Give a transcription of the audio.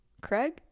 Craig